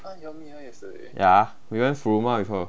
那你要明白 yesterday ya we went roma with her